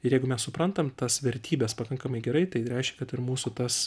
ir jeigu mes suprantam tas vertybes pakankamai gerai tai reiškia kad ir mūsų tas